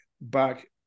back